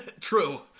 True